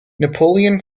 napoleon